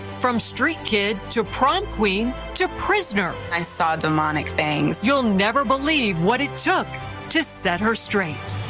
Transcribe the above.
from street kid to prom queen to prisoner. i saw demonic things. you will never believe what it took to set her straight.